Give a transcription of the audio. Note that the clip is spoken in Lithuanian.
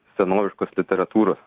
senoviškos literatūros